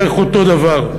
בערך אותו דבר.